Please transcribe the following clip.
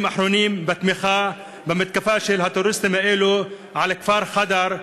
האחרונים בתמיכה במתקפה של הטרוריסטים האלה על הכפר חאדר,